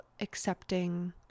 accepting